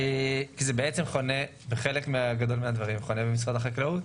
כי זה בעצם חונה בחלק גדול מהדברים במשרד החקלאות,